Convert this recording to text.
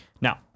Now